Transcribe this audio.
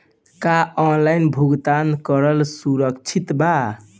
का ऑनलाइन भुगतान करल सुरक्षित बा?